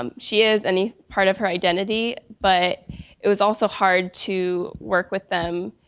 um she is, any part of her identity, but it was also hard to work with them,